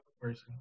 person